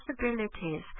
possibilities